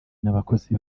n’abakozi